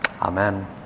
Amen